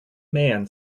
man